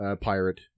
pirate